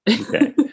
Okay